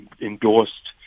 endorsed